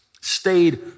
stayed